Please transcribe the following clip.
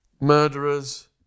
murderers